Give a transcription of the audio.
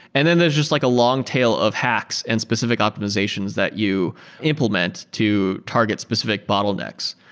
and then there is just like a long tail of hacks and specific optimizations that you implement to target specific bottlenecks.